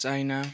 China